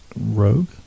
Rogue